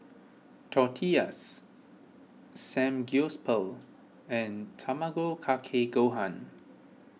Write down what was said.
Tortillas Samgyeopsal and Tamago Kake Gohan